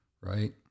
right